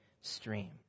stream